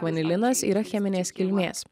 vanilinas yra cheminės kilmės